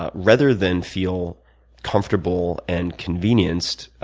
ah rather than feel comfortable and convenience,